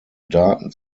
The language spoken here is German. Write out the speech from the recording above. daten